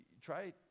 try